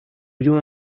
you